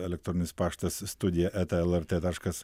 elektroninis paštas studija eta elartė taškas